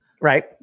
right